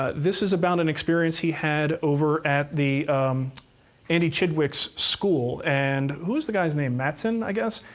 ah this is about an experience he had over at the andy chidwick's school and who's the guy's name, mattson, i guess?